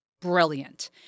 Brilliant